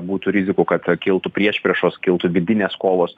būtų rizikų kad kiltų priešpriešos kiltų vidinės kovos